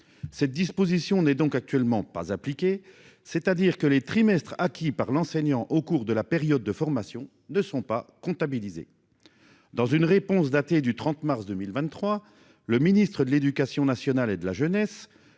cette disposition n'est donc actuellement pas appliqué, c'est-à-dire que les trimestres acquis par l'enseignant au cours de la période de formation ne sont pas comptabilisés. Dans une réponse datée du 30 mars 2023. Le ministre de l'Éducation nationale et de la jeunesse.